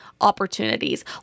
opportunities